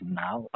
now